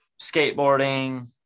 skateboarding